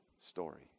story